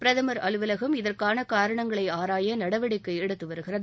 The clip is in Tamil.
பிரதமர் அலுவலகம் இதற்கான காரணங்களை ஆராய நடவடிக்கை எடுத்து வருகிறது